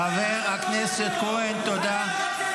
חבר הכנסת כהן, תודה.